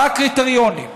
מה הקריטריונים?